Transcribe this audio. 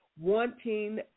wanting